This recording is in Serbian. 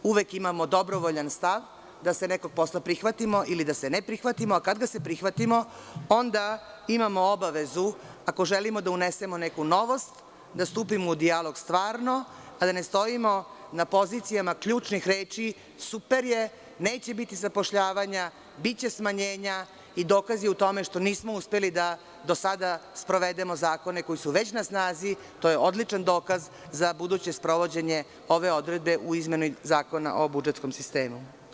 Uvek imamo dobrovoljan stav da se nekog posla prihvatimo, ili da se ne prihvatimo, a kada ga se prihvatimo onda imamo obavezu ako želimo da unesemo neku novost, da stupimo u dijalog stvarno, a da ne stojimo na pozicijama ključnih reči – super je, neće biti zapošljavanja, biće smanjenja i dokaz je u tome što nismo uspeli da do sada sprovedemo zakone koji su već na snazi, to je odličan dokaz za buduće sprovođenje ove odredbe u izmeni Zakona o budžetskom sistemu.